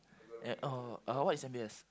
ya oh uh what is M_B_S